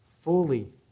fully